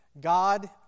God